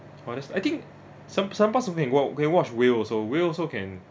well that's I think some some parts we can go out go and watch whale also whale also can